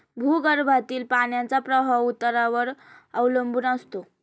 भूगर्भातील पाण्याचा प्रवाह उतारावर अवलंबून असतो